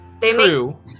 True